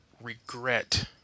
regret